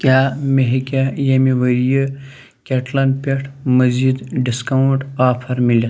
کیٛاہ مےٚ ہیٚکیٛاہ ییٚمہِ ؤرِیہِ کٮ۪ٹلَن پٮ۪ٹھ مٔزیٖد ڈِسکاوُنٛٹ آفر میلہِ